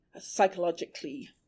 psychologically